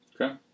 Okay